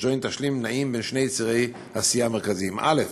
ג'וינט אשלים נעים בשני צירי עשייה מרכזיים: א,